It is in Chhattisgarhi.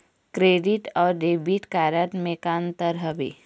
क्रेडिट अऊ डेबिट कारड म का अंतर हावे?